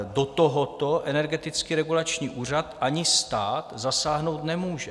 Do tohoto Energetický regulační úřad ani stát zasáhnout nemůžou.